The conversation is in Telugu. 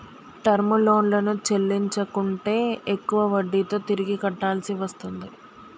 టర్మ్ లోన్లను చెల్లించకుంటే ఎక్కువ వడ్డీతో తిరిగి కట్టాల్సి వస్తుంది